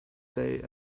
day